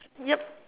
yup